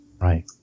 Right